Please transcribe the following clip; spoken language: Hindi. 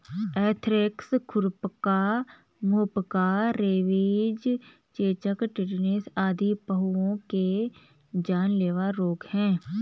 एंथ्रेक्स, खुरपका, मुहपका, रेबीज, चेचक, टेटनस आदि पहुओं के जानलेवा रोग हैं